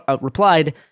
replied